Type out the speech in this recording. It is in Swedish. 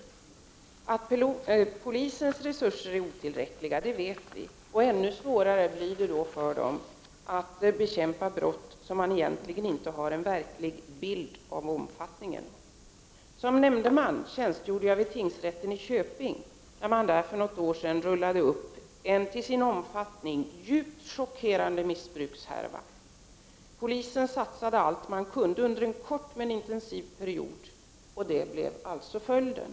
Vi vet att polisens resurser är otillräckliga, och det blir ännu svårare att bekämpa brott när man inte har en verklig bild av deras omfattning. Jag tjänstgjorde som nämndeman vid tingsrätten i Köping när man för några år sedan rullade upp en till omfattningen djupt chockerande missbrukshärva. Polisen satsade alla resurser den kunde under en kort men intensiv period, och upptäckten av denna brottslighet blev alltså följden.